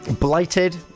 blighted